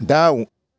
दाउ